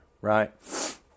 right